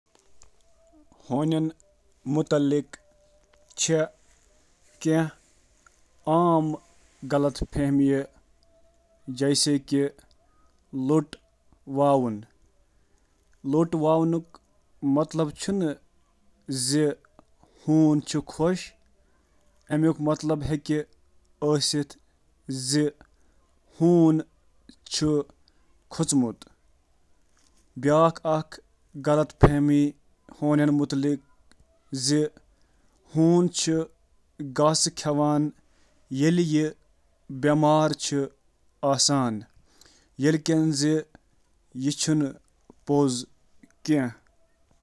ہونۍ چھِ سمٲجی مخلوق تہٕ محتاط تعارُف تہٕ مثبت تجرُبہٕ سۭتۍ چھِ عام طور پٲٹھۍ باقی ہونٮ۪ن سۭتۍ مِلنہٕ سۭتۍ لطف اندوز گژھان۔